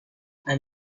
and